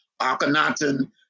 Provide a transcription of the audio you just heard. Akhenaten